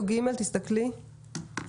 או (ג).